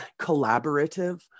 collaborative